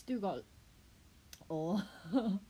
still got oh